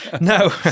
No